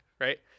right